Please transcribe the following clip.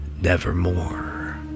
nevermore